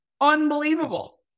Unbelievable